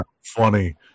funny